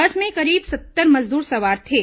बस में करीब सत्तर मजदूर सवार थे